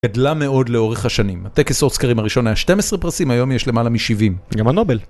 גדלה מאוד לאורך השנים, הטקס אוסקרים הראשון היה 12 פרסים, היום יש למעלה מ-70. גם הנובל.